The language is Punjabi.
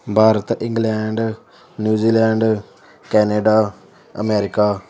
Bharat England New Zealand Canada America